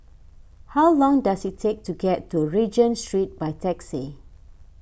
how long does it take to get to Regent Street by taxi